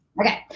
Okay